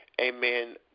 Amen